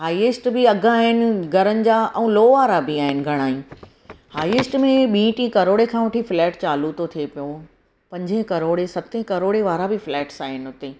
highest बि अघ आहिनि घरनि जा ऐं लो वारा बि आहिनि घणाई हाईएस्ट में ॿीं टीं करोड़े खां वठी फ्लैट चालू थो थिए पियो पंजें करोड़े सतें करोड़े वारा बि फ्लैट्स आहिनि उते